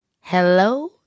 Hello